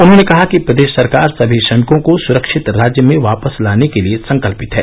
उन्होंने कहा कि प्रदेश सरकार सभी श्रमिकों को सुरक्षित राज्य में वापस लाने के लिए संकल्पित है